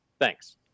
Thanks